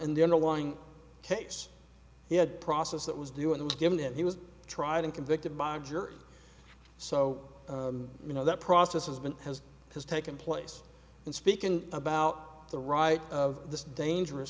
in the underlying case he had process that was doing was given that he was tried and convicted by a jury so you know that process has been has has taken place in speaking about the rights of the dangerous